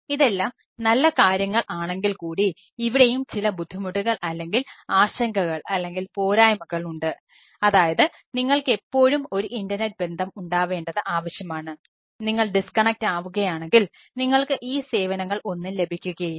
ഇതെല്ലാം നല്ല കാര്യങ്ങൾ ആണെങ്കിൽ കൂടി ഇവിടെയും ചില ബുദ്ധിമുട്ടുകൾ അല്ലെങ്കിൽ ആശങ്കകൾ അല്ലെങ്കിൽ പോരായ്മകൾ ഉണ്ട് അതായത് നിങ്ങൾക്ക് എപ്പോഴും ഒരു ഇൻറർനെറ്റ് ആവുകയാണെങ്കിൽ നിങ്ങൾക്ക് ഈ സേവനങ്ങൾ ഒന്നും ലഭിക്കുകയില്ല